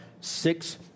six